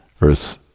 Earth